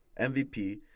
MVP